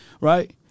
right